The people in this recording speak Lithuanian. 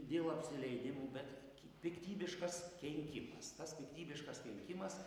dėl apsileidimo bet piktybiškas kenkimas tas piktybiškas teikimas